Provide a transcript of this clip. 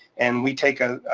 and we take a